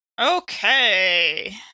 Okay